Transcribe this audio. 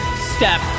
step